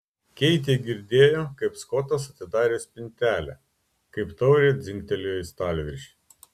keitė girdėjo kaip skotas atidarė spintelę kaip taurė dzingtelėjo į stalviršį